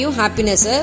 happiness